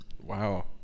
Wow